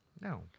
no